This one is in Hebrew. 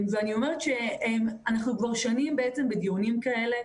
אנחנו כבר שנים בדיונים כאלה,